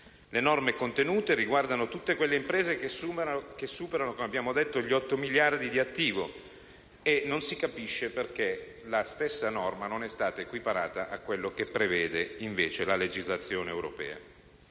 Le norme contenute riguardano tutte quelle imprese che superano, come abbiamo detto, gli 8 miliardi di attivo, e non si capisce perché la stessa norma non sia stata equiparata a quanto prevede la legislazione europea.